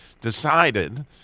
decided